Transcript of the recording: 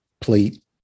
plate